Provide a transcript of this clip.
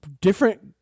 different